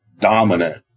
dominant